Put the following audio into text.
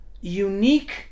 unique